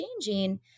changing